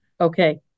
Okay